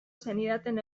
zenidaten